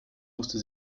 musste